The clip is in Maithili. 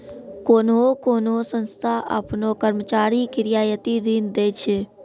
कोन्हो कोन्हो संस्था आपनो कर्मचारी के रियायती ऋण दै छै